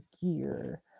gear